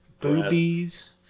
boobies